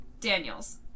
Daniels